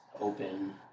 open